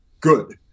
good